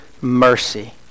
mercy